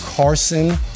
Carson